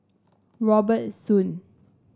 Robert Soon